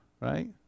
Right